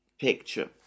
picture